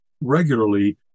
regularly